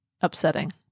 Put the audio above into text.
upsetting